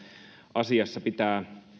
asiassa pitää